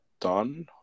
done